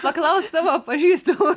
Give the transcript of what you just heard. paklausk savo pažįstamų